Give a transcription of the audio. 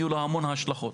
יהיו לה המון השלכות.